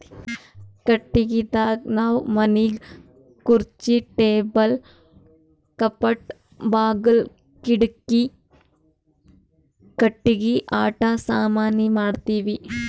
ಕಟ್ಟಿಗಿದಾಗ್ ನಾವ್ ಮನಿಗ್ ಖುರ್ಚಿ ಟೇಬಲ್ ಕಪಾಟ್ ಬಾಗುಲ್ ಕಿಡಿಕಿ ಕಟ್ಟಿಗಿ ಆಟ ಸಾಮಾನಿ ಮಾಡ್ತೀವಿ